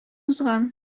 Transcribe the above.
узган